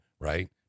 Right